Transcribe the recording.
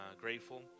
grateful